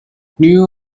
knew